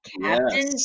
captain